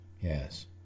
Yes